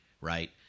right